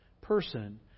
person